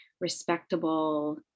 respectable